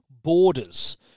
borders